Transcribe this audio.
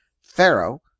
pharaoh